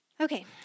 Okay